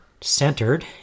centered